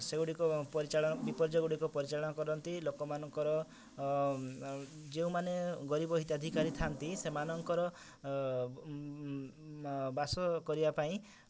ସେଗୁଡ଼ିକୁ ପରିଚାଳ ବିପର୍ଯ୍ୟୟ ଗୁଡ଼ିକୁ ପରିଚାଳନା କରନ୍ତି ଲୋକମାନଙ୍କର ଯେଉଁମାନେ ଗରିବ ହିତାଧିକାରୀ ଥାଆନ୍ତି ସେମାନଙ୍କର ବାସ କରିଆ ପାଇଁ